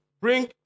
Bring